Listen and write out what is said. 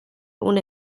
ohne